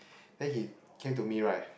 then he came to me right